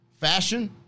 fashion